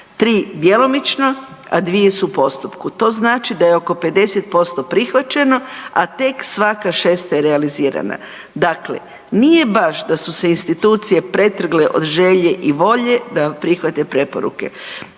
3 djelomično, a 2 su u postupku. To znači da je oko 50% prihvaćeno, a tek svaka šesta je realizirana. Dakle, nije baš da su se institucije pretrgle od želje i volje, da prihvate preporuke.